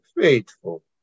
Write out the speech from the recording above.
faithful